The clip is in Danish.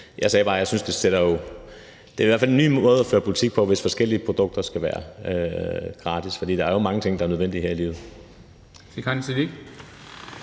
Jeg sagde bare, at det i hvert fald er en ny måde at føre politik på, hvis forskellige produkter skal være gratis. For der er jo mange ting, der er nødvendige her i livet.